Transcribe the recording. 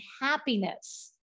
happiness